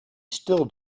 still